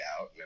out